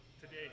today